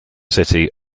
city